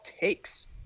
takes